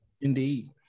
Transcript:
indeed